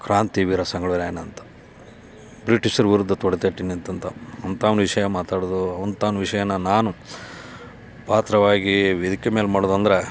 ಕ್ರಾಂತಿವೀರ ಸಂಗೊಳ್ಳಿ ರಾಯಣ್ಣ ಅಂತ ಬ್ರಿಟಿಷ್ರ ವಿರುದ್ಧ ತೊಡೆ ತಟ್ಟಿ ನಿಂತಂಥ ಅಂಥಾವ್ನ ವಿಷಯ ಮಾತಾಡೋದು ಅಂಥಾವ್ನ ವಿಷಯನ ನಾನು ಪಾತ್ರವಾಗಿ ವೇದಿಕೆ ಮೇಲೆ ಮಾಡೋದಂದ್ರೆ